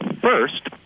First